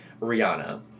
Rihanna